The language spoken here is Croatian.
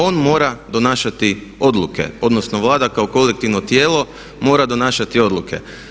On mora donašati odluke, odnosno Vlada kao kolektivno tijelo mora donašati odluke.